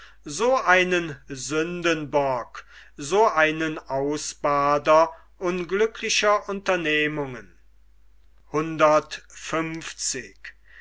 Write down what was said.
so einen sündenbock so einen ausbader unglücklicher unternehmungen